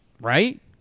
Right